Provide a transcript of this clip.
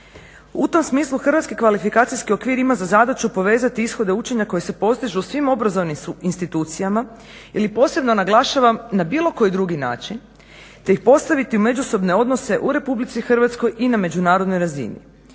U tom smislu hrvatski kvalifikacijski okvir ima za zadaću povezati ishode učenja koji se postižu u svim obrazovnim institucijama ili posebno naglašavam na bilo koji drugi način, te ih postaviti u međusobne odnose u Republici Hrvatskoj i na međunarodnoj razini.